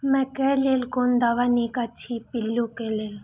मकैय लेल कोन दवा निक अछि पिल्लू क लेल?